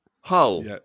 Hull